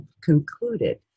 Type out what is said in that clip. concluded